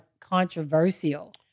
controversial